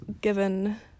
given